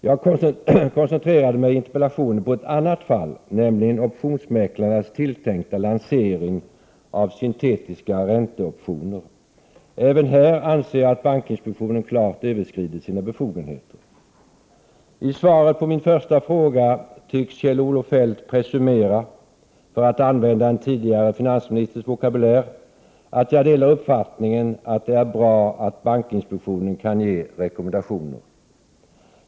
Jag koncentrerade mig i interpellationen på ett annat fall, nämligen Optionsmäklarnas tilltänkta lansering av syntetiska ränteoptioner. Även här anser jag att bankinspektionen klart överskridit sina befogenheter. I svaret på min första fråga tycks Kjell-Olof Feldt presumera, för att använda en tidigare finansministers vokabulär, att jag delar uppfattningen att det är bra att bankinspektionen kan ge rekommendationer.